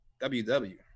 WW